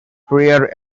rear